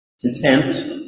content